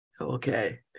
Okay